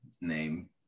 name